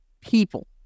people